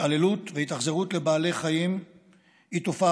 התעללות והתאכזרות לבעלי חיים הן תופעה